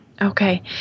Okay